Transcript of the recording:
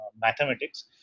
mathematics